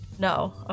No